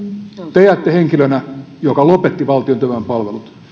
te jäätte historiaan henkilönä joka lopetti valtion työvoimapalvelut